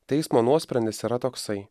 teismo nuosprendis yra toksai